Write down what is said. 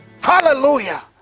Hallelujah